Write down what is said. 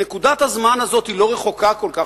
נקודת הזמן הזאת היא לא רחוקה כל כך,